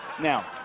Now